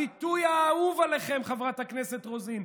הביטוי האהוב עליכם, חברת הכנסת רוזין,